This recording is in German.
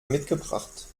mitgebracht